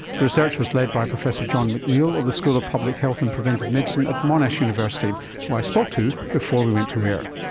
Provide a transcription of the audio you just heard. the research was led by professor john mcneil of the school of public health and preventative medicine at monash university who i spoke to before we went to air.